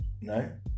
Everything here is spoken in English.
No